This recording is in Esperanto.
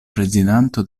prezidanto